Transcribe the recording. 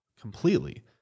completely